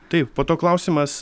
taip po to klausimas